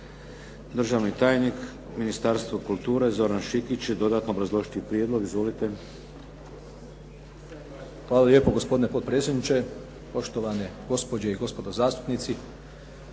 Državni tajnik u Ministarstvu kulture Zoran Šikić će dodatno obrazložiti prijedlog. Izvolite. **Šikić, Zoran** Hvala lijepo gospodine potpredsjedniče, poštovane gospođe i gospodo zastupnici.